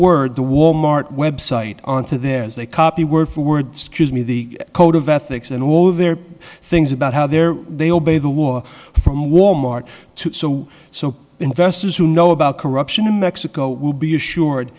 word the wal mart website on to there is a copy word for word scuse me the code of ethics and over there things about how they're they obey the law from wal mart too so so investors who know about corruption in mexico will be assured